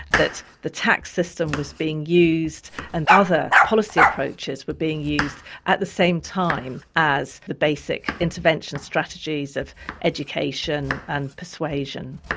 that the tax system was being used, and other policy approaches were being used at the same time as the basic intervention strategies of education and persuasion.